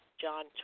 John